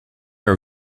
are